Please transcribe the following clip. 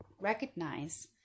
recognize